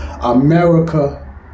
America